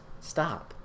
stop